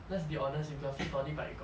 let's be honest if you got fit body but you got